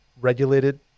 regulated